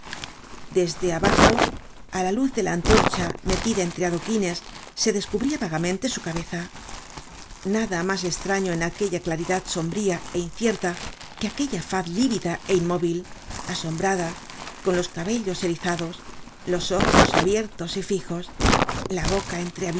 desde abajo á la luz de la antorcha metida entre adoquines se descubria vagamente su cabeza nada mas estraño en aquella claridad sombría é incierta que aquella faz lívida é inmóvil asombrada con los cabellos erizados los ojos abiertos y fijos la boca